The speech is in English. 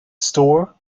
store